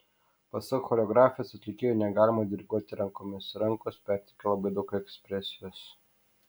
pasak choreografės atlikėjui negalima diriguoti rankomis rankos perteikia labai daug ekspresijos